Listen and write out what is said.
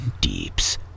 deeps